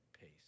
pace